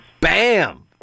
Bam